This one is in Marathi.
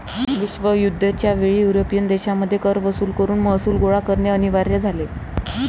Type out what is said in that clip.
विश्वयुद्ध च्या वेळी युरोपियन देशांमध्ये कर वसूल करून महसूल गोळा करणे अनिवार्य झाले